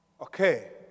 Okay